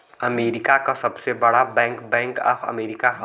America क सबसे बड़ा बैंक बैंक ऑफ अमेरिका हौ